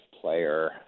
player